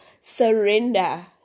surrender